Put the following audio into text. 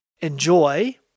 enjoy